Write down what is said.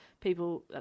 people